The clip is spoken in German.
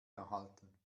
erhalten